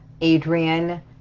adrian